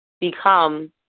become